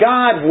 God